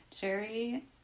Jerry